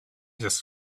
just